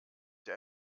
sie